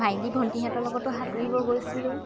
ভাইটী ভণ্টিহঁতৰ লগতো সাঁতুৰিব গৈছিলোঁ